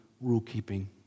rule-keeping